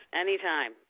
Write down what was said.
Anytime